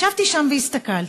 ישבתי שם והסתכלתי